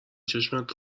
چشمت